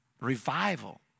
revival